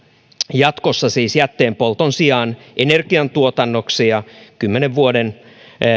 jatkossa siis jätteenpolton sijaan energiantuotannoksi ja kymmenen vuoden